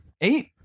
eight